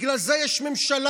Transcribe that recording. בגלל זה יש ממשלה.